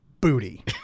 booty